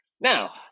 Now